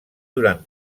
durant